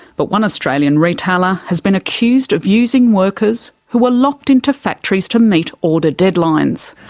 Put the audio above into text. but one australian retailer has been accused of using workers who are locked into factories to meet order deadlines.